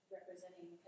representing